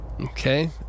Okay